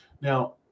Now